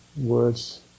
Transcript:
words